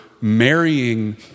marrying